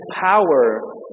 power